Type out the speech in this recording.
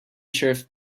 sheriff